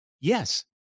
Yes